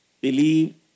believe